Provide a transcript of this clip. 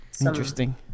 interesting